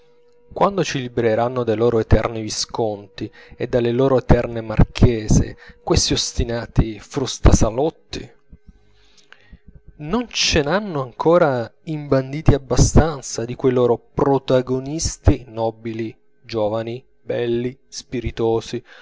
quando ci libereranno dai loro eterni visconti e dalle loro eterne marchese questi ostinati frustasalotti non ce n'hanno ancora imbanditi abbastanza di quei loro protagonisti nobili giovani belli spiritosi